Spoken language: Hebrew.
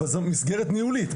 אבל זו מסגרת ניהולית.